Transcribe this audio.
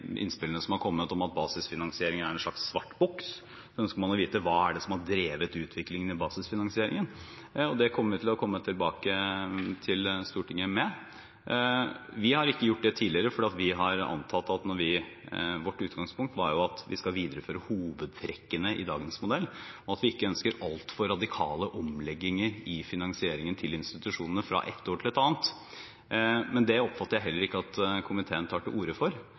innspillene som er kommet om at basisfinansiering er en slags svart boks. Man ønsker å vite hva som har drevet utviklingen i basisfinansieringen, og det kommer vi til å komme tilbake til Stortinget med. Vi har ikke gjort det tidligere, for vårt utgangspunkt var at vi skal videreføre hovedtrekkene i dagens modell, og at vi ikke ønsker altfor radikale omlegginger i finansieringen til institusjonene fra et år til et annet. Men det oppfatter jeg heller ikke at komiteen tar til orde for,